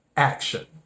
Action